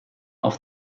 auf